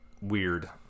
weird